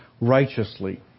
righteously